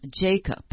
Jacob